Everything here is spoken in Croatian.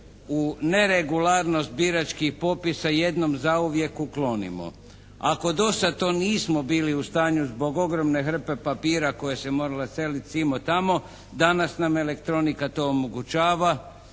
u neregularnost biračkih popisa jednom zauvijek uklonimo. Ako do sad to nismo bili u stanju zbog ogromne hrpe papira koja se morala seliti simo-tamo danas nam elektronika to omogućava